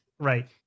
Right